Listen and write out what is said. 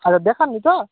আচ্ছা দেখাননি তো